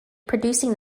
producing